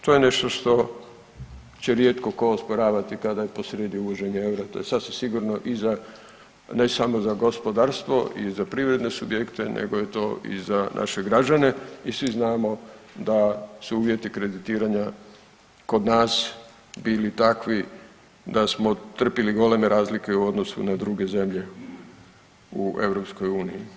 To je nešto što će rijetko tko osporavati kad je posrijedi uvođenje eura, to je sasvim sigurno i za, ne samo za gospodarstvo i za privredne subjekte, nego je to i za naše građane i svi znamo da su uvjeti kreditiranja kod nas bili takvi da smo trpili goleme razlike u odnosu na druge zemlje u EU.